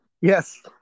Yes